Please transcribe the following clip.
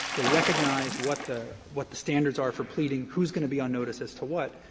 they recognize what the what the standards are for pleading who is going to be on notice as to what,